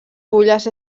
fulles